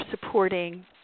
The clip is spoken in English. supporting